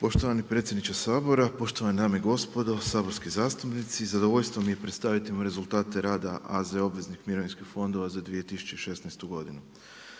Poštovani predsjedniče Sabora, poštovane dame i gospodo saborski zastupnici. Zadovoljstvo mi je predstaviti vam rezultate rada AZ obveznih mirovinskih fondova za 2016. godinu.